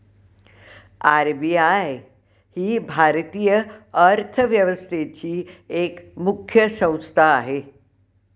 RBI ही भारतीय अर्थव्यवस्थेची एक मुख्य संस्था आहे